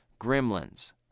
Gremlins